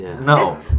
No